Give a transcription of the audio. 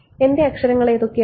എന്റെ അക്ഷങ്ങൾ ഏതൊക്കെയാണ്